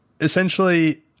essentially